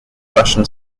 fashion